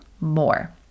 more